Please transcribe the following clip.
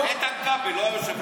לא, איתן כבל לא היה יושב-ראש?